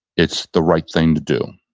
it's the right thing to do.